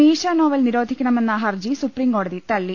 മീശ നോവൽ നിരോധിക്കണ മെന്ന ഹർജി സുപ്രീം കോടതി തളളി